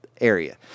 area